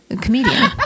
comedian